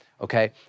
okay